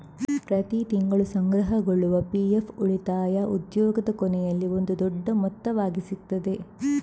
ಪ್ರತಿ ತಿಂಗಳು ಸಂಗ್ರಹಗೊಳ್ಳುವ ಪಿ.ಎಫ್ ಉಳಿತಾಯ ಉದ್ಯೋಗದ ಕೊನೆಯಲ್ಲಿ ಒಂದು ದೊಡ್ಡ ಮೊತ್ತವಾಗಿ ಸಿಗ್ತದೆ